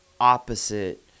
opposite